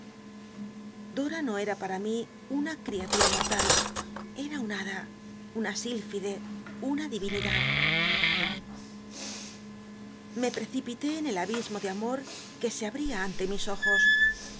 dora no era para mi una criatura mortal ea una bada una sílfide una divinidad me precipité en el abismo de amo qnc se abl'ia biblioteca nacional de españa david coppehfield nnle mis ojos